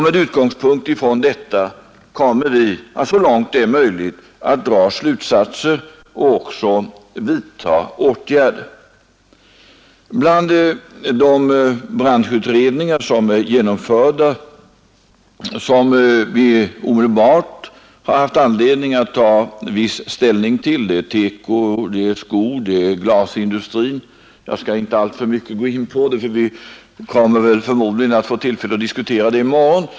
Med utgångspunkt i detta kommer vi så långt det är möjligt att dra slutsatser och vidta åtgärder. Till de redan genomförda branschutredningar som vi omedelbart haft anledning att ta viss ställning till hör utredningarna beträffande TEKO industrin, skoindustrin och glasindustrin. Jag skall inte alltför mycket gå in på detta, eftersom vi förmodligen kommer att få tillfälle att diskutera det i morgon.